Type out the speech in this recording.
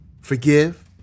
Forgive